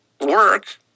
work